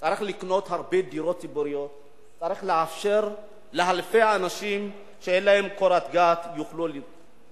היתה החלטה, למשל, לאפשר את מדיניות הדיור